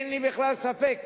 אין לי בכלל ספק